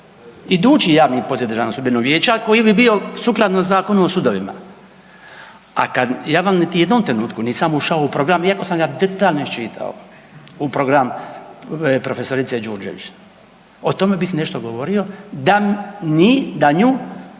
idući javni poziv Državnog sudbenog vijeća koji bi bio sukladno Zakonu o sudovima. A kad, ja vam ni u jednom trenutku nisam ušao u program iako sam ga detaljno iščitao, u program prof. Đurđević. O tome bih nešto govorio da nju